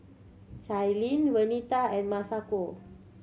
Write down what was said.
Cailyn Vernita and Masako